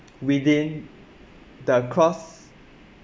within the cross